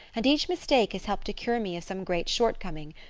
and each mistake has helped to cure me of some great shortcoming.